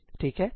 ठीक है